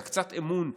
את הקצת אמון,